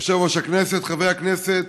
יושב-ראש הכנסת, חברי הכנסת,